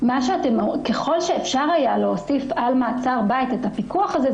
ככל שאפשר היה להוסיף על מעצר בית את הפיקוח הזה,